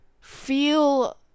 feel